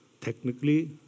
Technically